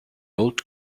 old